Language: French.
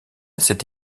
cette